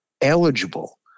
eligible